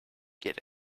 get